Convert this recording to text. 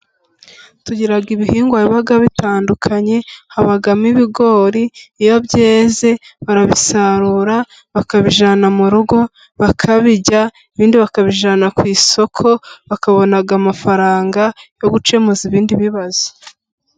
Tugiraga ibihingwa biba bitandukanye habamo ibigori. Iyo byeze barabisarura bakabijyanana mu rugo bakabirya, ibindi bakabijyana ku isoko bakabona amafaranga yo gukemuza ibindi bibazo.